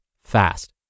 fast